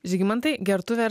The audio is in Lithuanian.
žygimantai gertuvę